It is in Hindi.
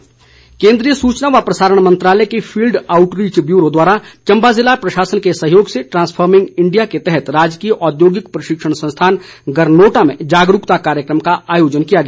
जागरूकता कार्यक्रम केन्द्रीय सूचना व प्रसारण मंत्रालय के फील्ड आउटरीच ब्यूरो द्वारा चंबा जिला प्रशासन के सहयोग से द्रांसफॉर्मिंग इंडिया के तहत राजकीय औद्योगिक प्रशिक्षण संस्थान गरनोटा में जागरूकता कार्यक्रम का आयोजन किया गया